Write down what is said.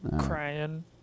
crying